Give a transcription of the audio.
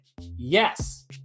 Yes